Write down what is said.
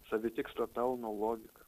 savitikslio pelno logika